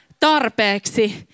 tarpeeksi